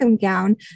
gown